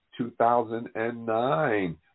2009